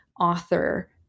author